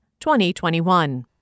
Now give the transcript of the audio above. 2021